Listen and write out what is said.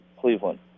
Cleveland